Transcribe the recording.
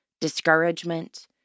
discouragement